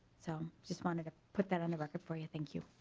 so just want to to put that on the record for you thank you.